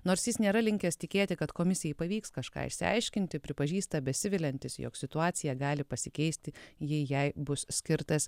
nors jis nėra linkęs tikėti kad komisijai pavyks kažką išsiaiškinti pripažįsta besiviliantis jog situacija gali pasikeisti jei jai bus skirtas